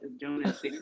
Jonas